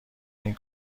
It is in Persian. این